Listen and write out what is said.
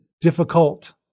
difficult